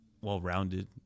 well-rounded